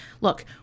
Look